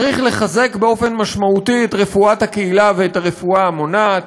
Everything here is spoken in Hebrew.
צריך לחזק באופן משמעותי את רפואת הקהילה ואת הרפואה המונעת,